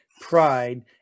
pride